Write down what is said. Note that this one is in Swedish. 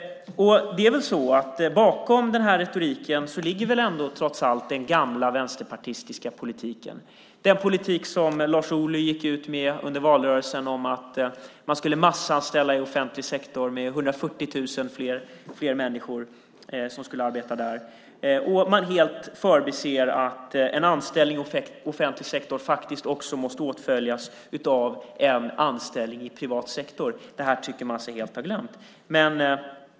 Det är väl så att bakom den här retoriken ligger trots allt den gamla vänsterpartistiska politiken, den politik som Lars Ohly under valrörelsen gick ut med - att man skulle massanställa inom offentlig sektor; 140 000 fler människor skulle arbeta där. Man förbiser helt att en anställning i offentlig sektor måste åtföljas av en anställning i privat sektor. Det tycks man helt ha glömt.